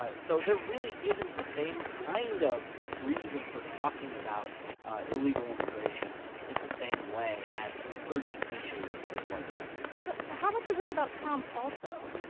ah so there really isn't the same kind of reason for talking about illegal immigration in the same way as an urgent urgent issue as it was then so how much is this about trump also?